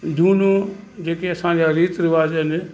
जूनियूं जेके असांजा रीति रिवाज़ु आहिनि